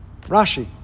Rashi